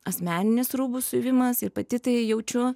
asmeninis rūbų siuvimas ir pati tai jaučiu